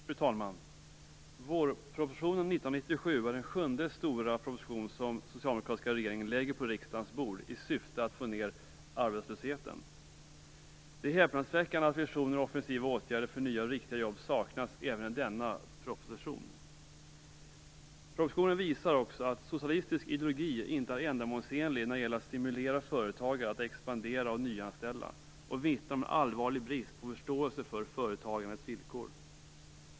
Fru talman! Vårpropositionen 1997 är den sjunde stora proposition som den socialdemokratiska regeringen lägger fram på riksdagens bord i syfte att få ned arbetslösheten. Det är häpnadsväckande att visioner och offensiva åtgärder för nya och riktiga jobb saknas även i denna proposition. Propositionen visar också att socialistisk ideologi inte är ändamålsenlig när det gäller att stimulera företagare att expandera och nyanställa, och den vittnar om en allvarlig brist på förståelse för företagandets villkor.